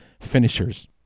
finishers